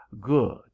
good